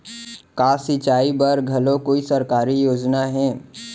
का सिंचाई बर घलो कोई सरकारी योजना हे?